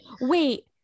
wait